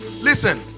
listen